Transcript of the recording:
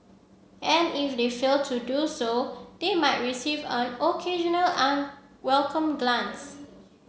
and if they fail to do so they might receive an occasional unwelcome glance